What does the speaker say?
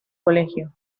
colegio